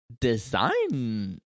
design